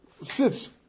sits